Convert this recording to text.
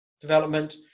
development